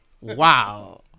Wow